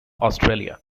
australia